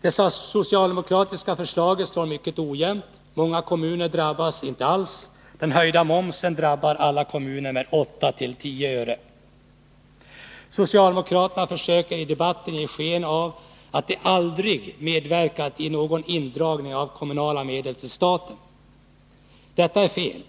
Det socialdemokratiska förslaget slår mycket ojämnt. Många kommuner drabbas inte alls. Den höjda momsen drabbar alla kommuner med 8-10 öre. Socialdemokraterna försöker i debatten ge sken av att de aldrig medverkat i någon indragning av kommunala medel till staten. Detta är fel.